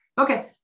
Okay